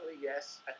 yes